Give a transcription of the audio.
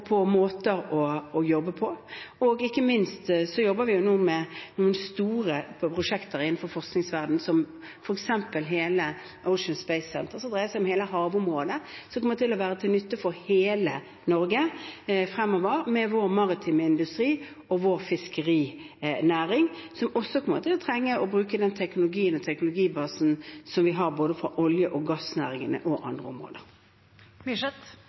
måter å jobbe på. Ikke minst jobber vi nå med noen store prosjekter innenfor forskningsverdenen, som f.eks. Ocean Space Centre, som dreier seg om hele havområdet. Det kommer til å være til nytte for hele Norge fremover, med vår maritime industri og vår fiskerinæring, som også kommer til å trenge å bruke den teknologien og teknologibasen vi har fra både olje- og gassnæringen og andre